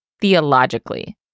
theologically